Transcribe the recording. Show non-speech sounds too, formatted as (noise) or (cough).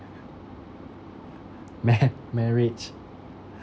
(laughs) ma~ marriage